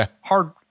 hard